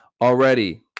Already